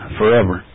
forever